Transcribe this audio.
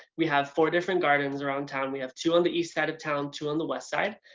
we have four different gardens around town. we have two on the east side of town, two on the west side.